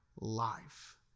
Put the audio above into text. life